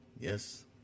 Yes